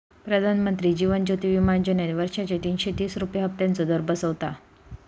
प्रधानमंत्री जीवन ज्योति विमा योजनेत वर्षाचे तीनशे तीस रुपये हफ्त्याचो दर बसता